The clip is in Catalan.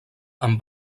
amb